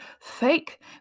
fake